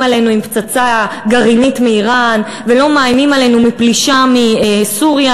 עלינו בפצצה גרעינית מאיראן ולא מאיימים עלינו בפלישה מסוריה,